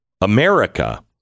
America